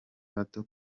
bato